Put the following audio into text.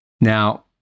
Now